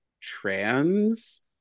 trans